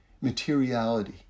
materiality